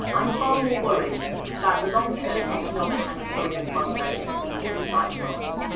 i'm far more worried about the long-term economic and employment prospects for people with sight loss.